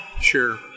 Sure